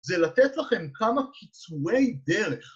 זה לתת לכם כמה קיצורי דרך